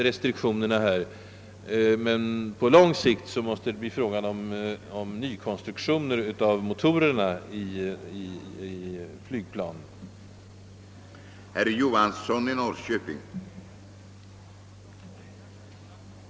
Restriktionerna är nog bara i huvudsak en övergångshistoria. I ett långtidsperspektiv måste man kräva nykonstruktioner av flygplansmotorerna för att få dem mera tystgående.